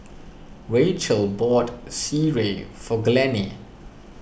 Racheal bought Sireh for Glennie